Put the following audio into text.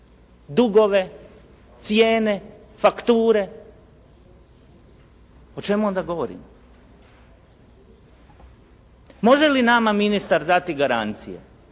dugove, cijene, fakture, o čemu onda govorimo? Može li nama ministar dati garanciju